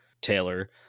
Taylor